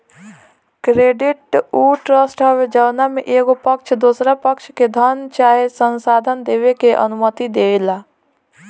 credit उ trust हवे जवना में एगो पक्ष दोसरा पक्ष के धन चाहे संसाधन देबे के अनुमति देला